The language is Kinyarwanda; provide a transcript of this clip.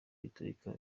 biturika